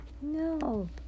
No